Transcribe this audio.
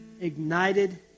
ignited